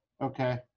Okay